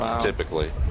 typically